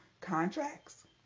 contracts